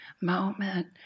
moment